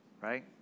Right